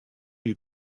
you